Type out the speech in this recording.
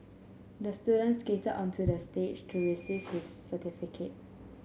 the student skate onto the stage to receive his certificate